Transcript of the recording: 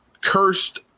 cursed